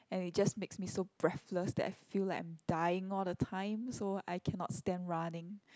and it just makes me so breathless that I feel like I'm dying all the time so I cannot stand running